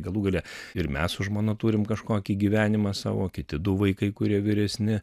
galų gale ir mes su žmona turim kažkokį gyvenimą savo kiti du vaikai kurie vyresni